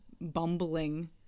bumbling